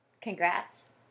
Congrats